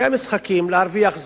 זה המשחקים בשביל להרוויח זמן,